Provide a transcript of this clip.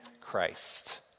Christ